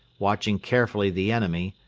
watching carefully the enemy,